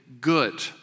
good